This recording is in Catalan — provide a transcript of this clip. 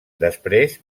després